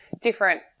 different